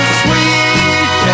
sweet